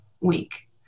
week